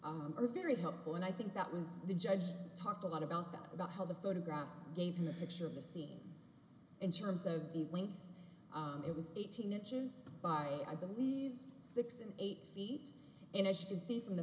are very helpful and i think that was the judge talked a lot about that about how the photographs gave him the picture of the scene in terms of the link it was eighteen inches by i believe six and eight feet and as you can see from the